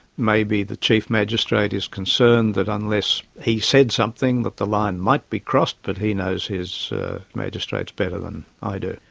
maybe the chief magistrate is concerned that unless he said something that the line might be crossed, but he knows his magistrates better than i do.